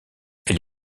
elle